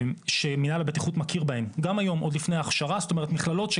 מנהל הבטיחות מכיר במכללות הללו,